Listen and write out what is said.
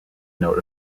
note